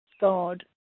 God